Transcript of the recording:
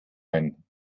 ein